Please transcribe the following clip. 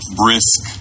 brisk